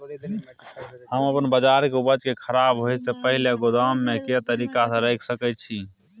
हम अपन बाजरा के उपज के खराब होय से पहिले गोदाम में के तरीका से रैख सके छी?